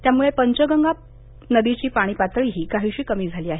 त्याम्ळे पंचगंगा नदीची पाणी पातळीही काहीशी कमी झाली आहे